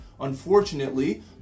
Unfortunately